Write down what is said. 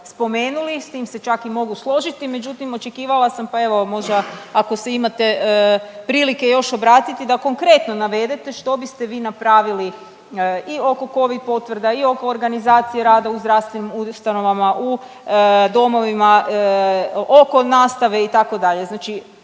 spomenuli, s tim se čak i mogu složiti međutim očekivala sam pa evo možda ako se imate prilike još obratiti da konkretno navedete što biste vi napravili i oko covid potvrda i oko organizacije rada u zdravstvenim ustanovama, u domovima, oko nastave itd. Znači